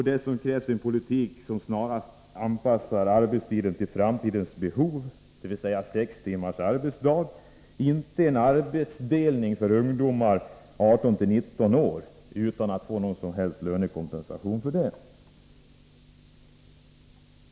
Dessutom krävs en politik som snarast anpassar arbetstiden till framtidens behov, dvs. sex timmars arbetsdag — inte en arbetsdelning för ungdomar på 18-19 år utan någon som helst lönekompensation.